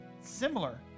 similar